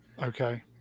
Okay